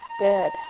Good